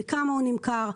בכמה נמכר,